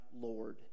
Lord